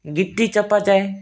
ଗିତି ଚପାଯାଏ